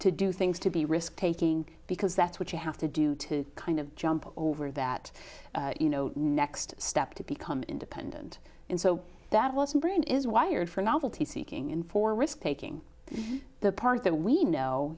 to do things to be risk taking because that's what you have to do to kind of jump over that you know next step to become independent and so that was a brain is wired for novelty seeking and for risk taking the part that we know